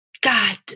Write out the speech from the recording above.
God